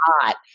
hot